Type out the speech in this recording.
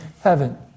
heaven